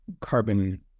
carbon